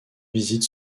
visite